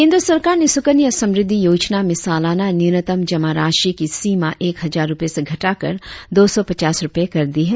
केंद्र सरकार ने सुकन्या समृद्धि योजना में सालाना न्यूनतम जमा राशि की सीमा एक हजार रुपये से घटाकर दो सौ पचास रुपये कर दी है